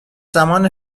زمان